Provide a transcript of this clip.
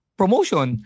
promotion